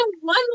One